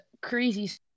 crazy